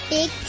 Big